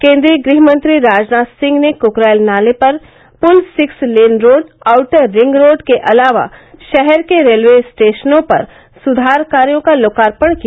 केन्द्रीय गृह मंत्री राजनाथ सिंह ने कुकरैल नाले पर पुल six lane road outer ring road के अलावा शहर के रेलवे स्टेशनों पर सुधार कार्यो का लोकार्पण किया